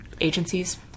agencies